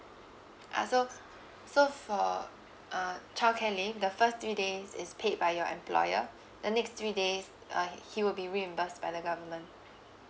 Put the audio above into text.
uh so so for uh child care leave the first three days is paid by your employer the next three days uh he will be reimbursed by the government